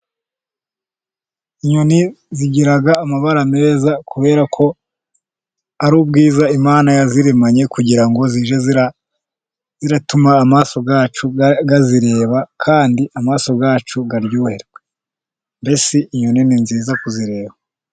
Inyoni zigira amabara meza, kubera ko ari ubwiza Imana yaziremanye kugira ngo zijye ziratuma amaso yacu azireba, kandi amaso yacu aryoherwe, mbese inyoni ni nziza kuzireba.